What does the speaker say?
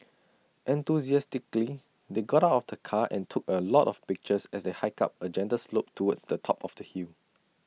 enthusiastically they got out of the car and took A lot of pictures as they hiked up A gentle slope towards the top of the hill